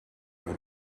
want